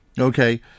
Okay